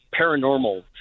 paranormal